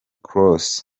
kroos